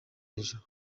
hejuru